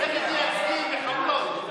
לכי תייצגי מחבלות.